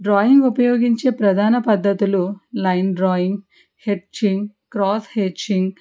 drawing ఉపయోగించే ప్రధాన పద్ధతులు line drawing hatching cross hatching